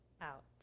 out